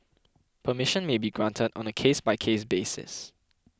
permission may be granted on a case by case basis